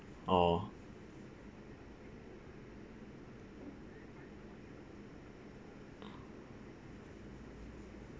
orh